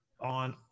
on